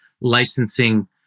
licensing